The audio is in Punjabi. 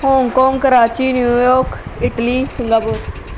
Hong Kong Karachi New York Italy Singapore